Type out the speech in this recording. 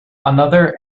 another